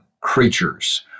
creatures